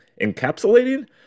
encapsulating